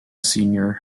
senior